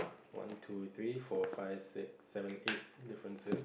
one two three four five six seven eight differences